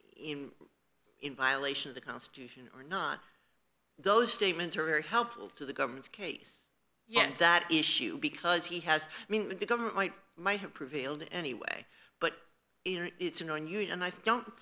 in in violation of the constitution or not those statements are very helpful to the government's case yes that issue because he has the government might might have prevailed anyway but it's unknown you know and i don't